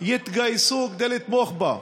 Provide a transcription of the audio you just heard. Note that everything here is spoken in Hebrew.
יתגייסו כדי לתמוך בה.